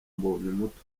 mbonyumutwa